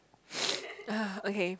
ugh okay